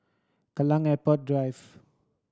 Kallang Airport Drive